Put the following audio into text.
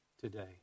today